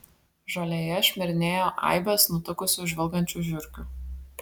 žolėje šmirinėjo aibės nutukusių žvilgančių žiurkių